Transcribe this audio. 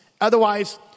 Otherwise